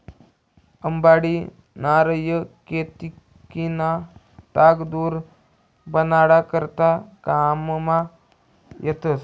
अंबाडी, नारय, केतकीना तागा दोर बनाडा करता काममा येतस